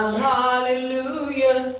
hallelujah